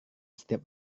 setiap